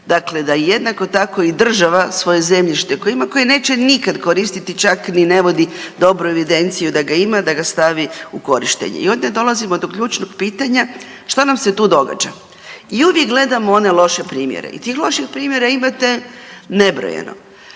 Dakle, da jednako tako i država svoje zemljište koje ima koje neće nikad koristiti, čak ni ne vodi dobru evidenciju da ga ima da ga stavi u korištenje. I onda dolazimo do ključnog pitanja što nam se tu događa? I uvijek gledamo one loše primjere i tih loših primjera imate nebrojeno,